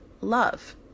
love